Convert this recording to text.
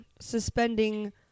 suspending